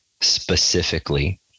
specifically